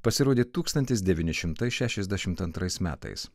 pasirodė tūkstantis devyni šimtai šešiasdešim antrais metais